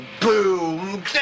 boom